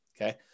Okay